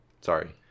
sorry